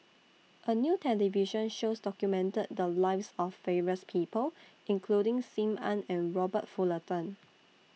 A New television shows documented The Lives of various People including SIM Ann and Robert Fullerton